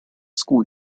school